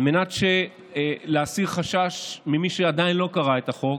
על מנת להסיר חשש ממי שעדיין לא קרא את החוק,